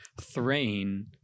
Thrain